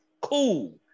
Cool